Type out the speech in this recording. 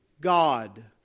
God